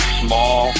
small